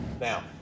Now